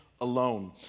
alone